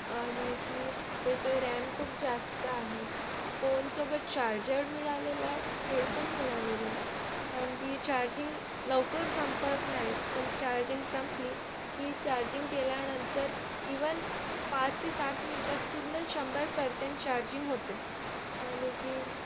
आणि की त्याचे रॅम खूप जास्त आहे फोनसोबत चार्जर मिळालेला आहे हेडफोन मिळालेला आहे आणखी चार्जिंग लवकर संपत नाही पण चार्जिंग संपली की चार्जिंग केल्यानंतर इव्हन पाच ते सात मिनिटात पूर्ण शंभर परसेंट चार्जिंग होते आणि की